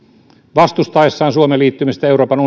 vastustaessaan suomen liittymistä euroopan